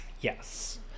Yes